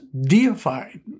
deified